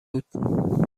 بود